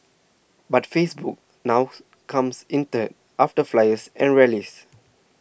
but Facebook now comes in third after flyers and rallies